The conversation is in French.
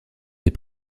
des